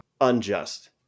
unjust